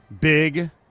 Big